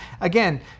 again